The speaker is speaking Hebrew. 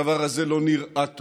הדבר הזה לא נראה טוב.